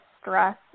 stress